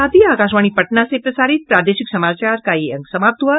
इसके साथ ही आकाशवाणी पटना से प्रसारित प्रादेशिक समाचार का ये अंक समाप्त हुआ